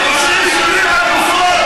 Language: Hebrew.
בושה וחרפה.